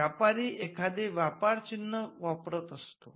व्यापारी एखादे व्यापारचिन्ह वापरत असतो